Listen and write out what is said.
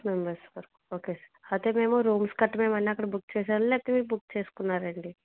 okay sir అయితే మేము rooms గట్టా మేము అన్నక్కడ బుక్ చేసేమండి లేతే మీరు బుక్ చేసుకున్నారండి